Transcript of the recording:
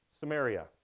Samaria